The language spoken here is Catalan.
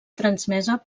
transmesa